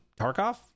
Tarkov